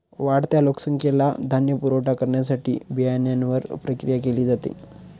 वाढत्या लोकसंख्येला धान्य पुरवठा करण्यासाठी बियाण्यांवर प्रक्रिया केली जाते